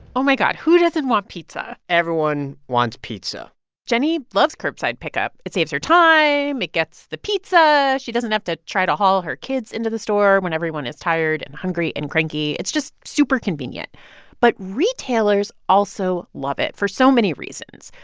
oh, my god. who doesn't want pizza? everyone wants pizza jenny loves curbside pickup. it saves her time. it gets the pizza. she doesn't have to try to haul her kids into the store when everyone is tired and hungry and cranky. it's just super convenient but retailers also love it for so many reasons.